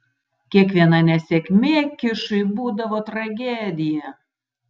kiekviena nesėkmė kišui būdavo tragedija